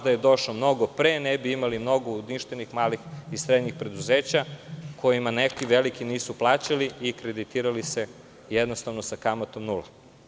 Da je došao mnogo pre, ne bi imali mnogo uništenih malih i srednjih preduzeća kojima neki veliki nisu plaćali i kreditirali se sa kamatom nula.